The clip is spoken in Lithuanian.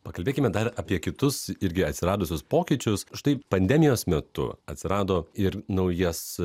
pakalbėkime dar apie kitus irgi atsiradusius pokyčius štai pandemijos metu atsirado ir naujas